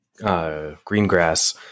Greengrass